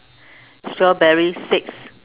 strawberries six